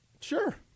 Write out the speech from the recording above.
Sure